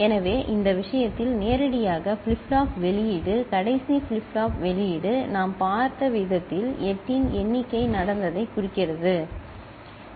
எனவே இந்த விஷயத்தில் நேரடியாக ஃபிளிப் ஃப்ளாப் வெளியீடு கடைசி ஃபிளிப் ஃப்ளாப் வெளியீடு நாம் பார்த்த விதத்தில் 8 இன் எண்ணிக்கை நடந்ததைக் குறிக்கிறது சரி